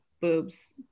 boobs